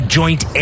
joint